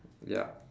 ya